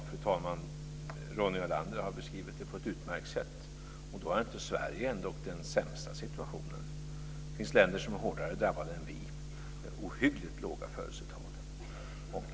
Fru talman! Ronny Olander har beskrivit det på ett utmärkt sätt. Då har ändå inte Sverige den sämsta situationen. Det finns länder som är hårdare drabbade än vi, med ohyggligt låga födelsetal.